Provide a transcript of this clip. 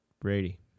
Brady